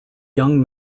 young